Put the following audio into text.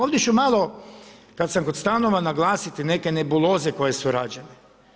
Ovdje ću malo kad sam kod stanova naglasiti neke nebuloze koje su rađene.